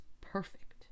perfect